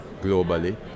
globally